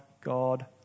God